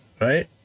right